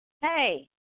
Hey